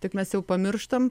tik mes jau pamirštam